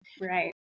Right